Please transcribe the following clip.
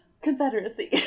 Confederacy